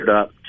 up